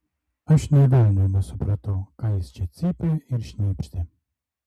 aš nė velnio nesupratau ką jis čia cypė ir šnypštė